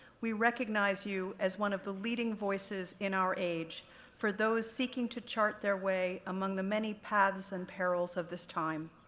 we recognize you as one of the leading voices in our age for those seeking to chart their way among the many paths and perils of this time.